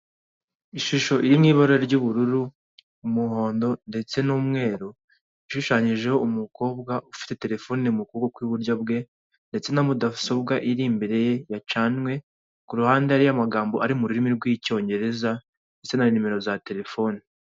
Ishusho iri mu ibara ry'ubururu umuhondo ndetse n'umweru, ishushanyijeho umukobwa ufite terefone mu kuboko kw'iburyo bwe, ndetse na mudasobwa iri imbere ye yacanywe ku ruhande hariyo amagambogambo ari mu rurimi rw'icyongereza ndetse na nimero za telefoni.